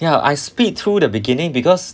ya I speed through the beginning because